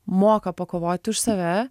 moka pakovoti už save